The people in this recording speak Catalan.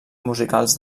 musicals